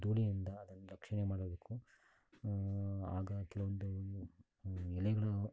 ಧೂಳಿನಿಂದ ಅದನ್ನು ರಕ್ಷಣೆ ಮಾಡಬೇಕು ಆಗ ಕೆಲವೊಂದು ಎಲೆಗಳು